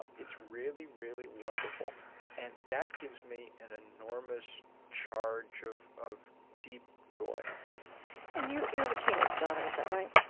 um it's really, really wonderful and that gives me an enormous charge of of deep joy and you you have a teenage daughter is that right?